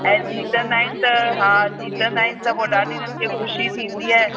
ऐं जीतंदा आहिनि त हा जीतंदा आहिनि त पोइ ॾाढी इन्हनि खे ख़ुशी थींदी आहे